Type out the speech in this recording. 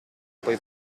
poi